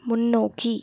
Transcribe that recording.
முன்னோக்கி